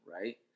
right